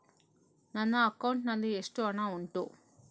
ನನ್ನ ಅಕೌಂಟ್ ನಲ್ಲಿ ಎಷ್ಟು ಹಣ ಉಂಟು?